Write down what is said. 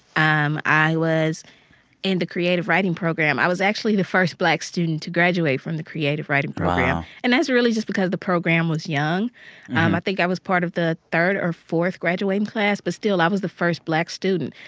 um i was in the creative writing program. i was actually the first black student to graduate from the creative writing program wow and that's really just because the program was young. um i think i was part of the third or fourth graduating class. but still, i was the first black student.